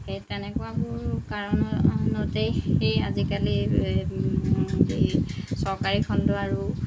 এই তেনেকুৱাবোৰ কাৰণতেই আজিকালি এই চৰকাৰী খণ্ড আৰু